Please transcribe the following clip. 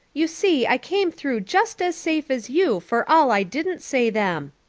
you see i came through just as safe as you for all i didn't say them.